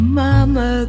Mama